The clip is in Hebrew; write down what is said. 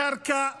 לקרקע והריסות.